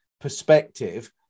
perspective